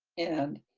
and